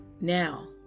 Now